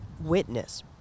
witness